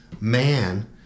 man